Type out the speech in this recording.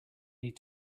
need